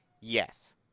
Yes